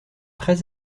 très